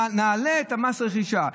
נעלה את מס הרכישה.